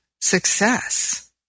success